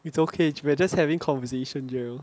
it's okay we're just having conversation jarrell